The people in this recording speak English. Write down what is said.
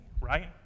right